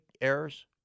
errors